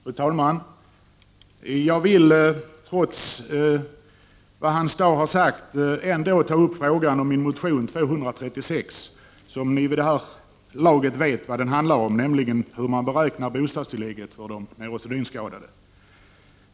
Fru talman! Jag vill, trots vad Hans Dau har sagt, ta upp min motion 236. Ni vet vid det här laget vad den handlar om, nämligen hur bostadstillägget beräknas för de neurosedynskadade.